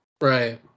Right